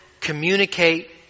communicate